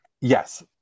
yes